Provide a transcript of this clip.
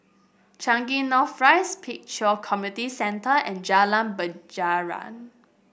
Changi North Rise Pek Kio Community Centre and Jalan Penjara